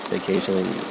occasionally